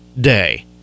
Day